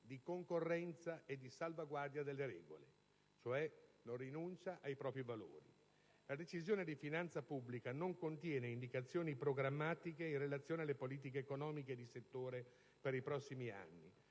di concorrenza e di salvaguardia delle regole, cioè non rinuncia ai propri valori. La Decisione di finanza pubblica non contiene indicazioni programmatiche in relazione alle politiche economiche e di settore per i prossimi anni.